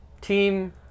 team